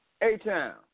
A-Town